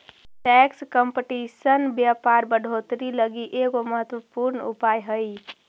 tax competition व्यापार बढ़ोतरी लगी एगो महत्वपूर्ण उपाय हई